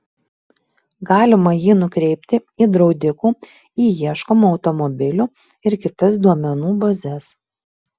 galima jį nukreipti į draudikų į ieškomų automobilių ir kitas duomenų bazes